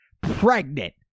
pregnant